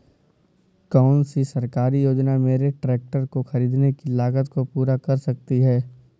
कौन सी सरकारी योजना मेरे ट्रैक्टर को ख़रीदने की लागत को पूरा कर सकती है?